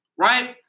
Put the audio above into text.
right